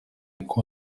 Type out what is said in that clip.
kuko